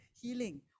healing